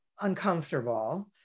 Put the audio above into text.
uncomfortable